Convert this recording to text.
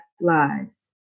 lives